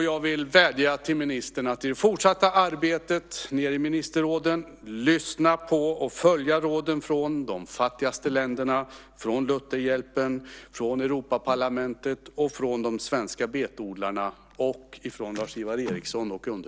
Jag vill vädja till ministern att i det fortsatta arbetet nere i ministerrådet lyssna på och följa råden från de fattigaste länderna, från Lutherhjälpen, från Europaparlamentet, från de svenska betodlarna och från Lars-Ivar Ericson och mig.